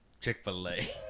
chick-fil-a